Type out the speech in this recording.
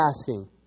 asking